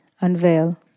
unveil